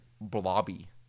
blobby